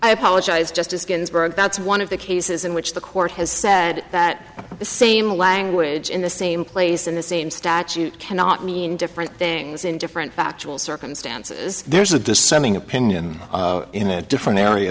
i apologize justice ginsburg that's one of the cases in which the court has said that the same language in the same place and the same statute cannot mean different things in different factual circumstances there's a dissenting opinion in a different area